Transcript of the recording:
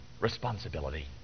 responsibility